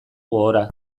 gogora